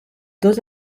dos